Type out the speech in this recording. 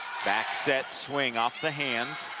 back set swing off the hands